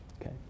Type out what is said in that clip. Okay